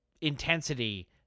intensity